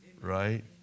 right